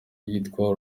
yitwa